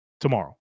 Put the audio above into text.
tomorrow